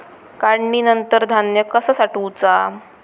काढणीनंतर धान्य कसा साठवुचा?